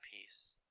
peace